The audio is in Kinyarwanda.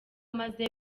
maze